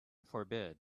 forbid